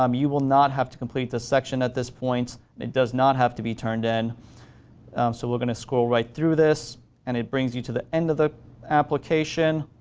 um you will not have to complete this section at this point, it does not have to be turned, and so we're going to scroll right through this and it brings you to the end of the application.